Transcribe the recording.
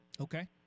Okay